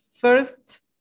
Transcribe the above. first